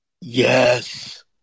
Yes